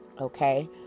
Okay